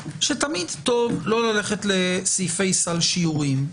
שתמיד טוב לא ללכת לסעיפי סל שיוריים.